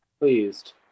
Pleased